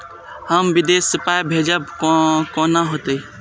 हम विदेश पाय भेजब कैना होते?